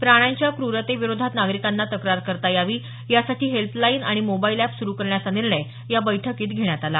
प्राण्यांच्या क्ररते विरोधात नागरिकांना तक्रार करता यावी यासाठी हेल्पलाईन आणि मोबाइल एप सुरू करण्याचा निर्णय या बैठकीत घेण्यात आला